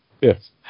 yes